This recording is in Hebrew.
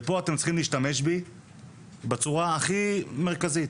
ופה אתם צריכים להשתמש בי בצורה הכי מרכזית,